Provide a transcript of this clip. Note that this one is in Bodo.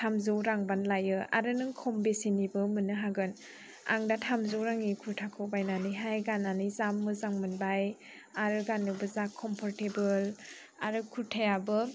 थामजौ रां बान लायो आरो नों खम बेसेननिबो मोननो हागोन आं दा थामजौ रांनि खुरथाखौ बायनानैहाय गाननानै जा मोजां मोनबाय आरो गाननोबो जा कमफरटेबोल आरो खुरथायाबो